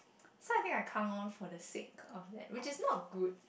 so I think I clung on for the sake of that which is not good